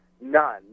none